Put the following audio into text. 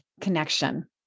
connection